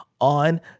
on